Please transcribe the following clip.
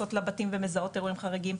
שנכנסות לבתים ומזהות אירועים חריגים,